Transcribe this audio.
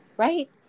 Right